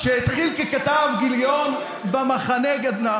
שהתחיל ככתב גיליון במחנה גדנ"ע